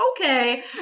okay